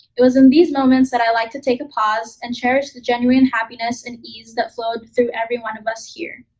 it was in these moments that i like to take a pause and cherish the genuine happiness and ease that flowed through every one of us here.